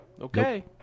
Okay